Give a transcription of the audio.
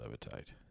levitate